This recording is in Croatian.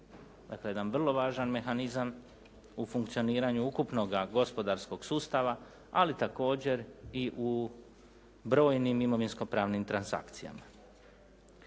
Dakle, jedan vrlo važan mehanizam u funkcioniranju ukupnoga gospodarskog sustava ali također i u brojnim imovinsko-pravnim transakcijama.